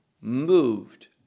moved